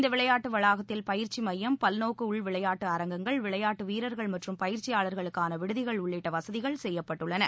இந்த விளையாட்டு வளாகத்தில் பயிற்சி மையம் பல்நோக்கு உள் விளையாட்டு அரங்கங்கள் விளையாட்டு வீரர்கள் மற்றும் பயிற்சியாளர்களுக்கான விடுதிகள் உள்ளிட்ட வசதிகள் செய்யப்பட்டுள்ளன